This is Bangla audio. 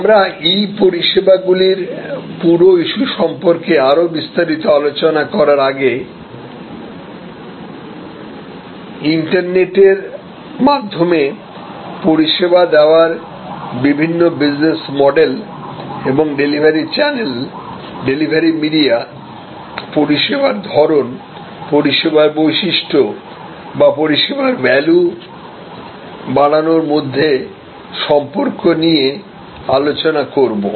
আমরা ই পরিষেবাগুলির পুরো ইস্যু সম্পর্কে আরও বিস্তারিত আলোচনা করার আগে ইন্টারনেটের মাধ্যমে পরিষেবা দেওয়ার বিভিন্ন বিজনেস মডেল এবং ডেলিভারি চ্যানেল ডেলিভারি মিডিয়া পরিষেবার ধরণ পরিষেবাটির বৈশিষ্ট্য বা পরিষেবার ভ্যালু বাড়ানোর মধ্যে সম্পর্ক নিয়ে আলোচনা করব